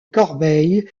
corbeil